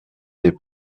des